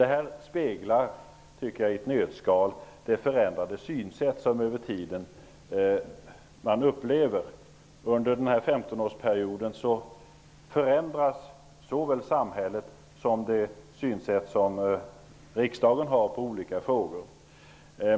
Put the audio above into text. Detta speglar i ett nötskal det förändrade synsätt som jag har upplevt över tiden. Under denna 15 årsperiod har såväl samhället som riksdagens synsätt förändrats i olika frågor.